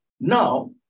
Now